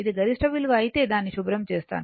ఇది గరిష్ట విలువ అయితే దానిని శుభ్రం చేస్తాను